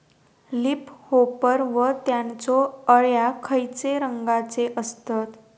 Leaf hopper व त्यानचो अळ्या खैचे रंगाचे असतत?